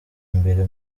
mbere